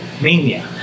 mania